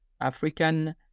African